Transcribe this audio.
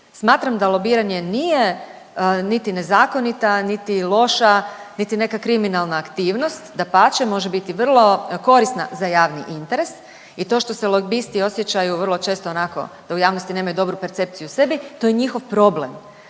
Smatram da lobiranje nije niti nezakonita, niti loša, niti neka kriminalna aktivnost, dapače može biti vrlo korisna za javni interes i to što se lobisti osjećaju vrlo često onako da u javnosti nemaju dobru percepciju o sebi, to je njihov problem,